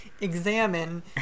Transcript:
examine